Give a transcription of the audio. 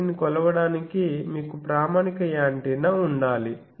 వీటిని కొలవడానికి మీకు ప్రామాణిక యాంటెన్నా ఉండాలి